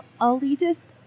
elitist